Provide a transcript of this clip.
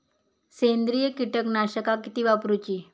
सेंद्रिय कीटकनाशका किती वापरूची?